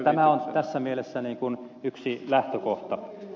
tämä on tässä mielessä yksi lähtökohta